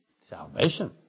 Salvation